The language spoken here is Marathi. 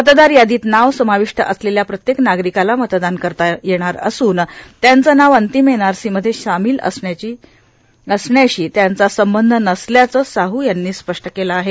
मतदार यादीत नाव समाविष्ट असलेल्या प्रत्येक नागरिकाला मतदान करता येणार असून त्याचं नाव अंतिम एनआरसीमध्ये सामिल असण्याशी त्याचा संबंध नसल्याचं साह यांनी स्पष्ट केलं आहे